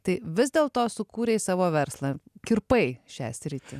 tai vis dėl to sukūrei savo verslą kirpai šią sritį